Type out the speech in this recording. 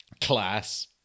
class